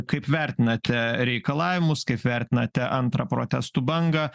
kaip vertinate reikalavimus kaip vertinate antrą protestų bangą